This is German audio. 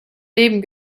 leben